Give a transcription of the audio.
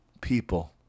people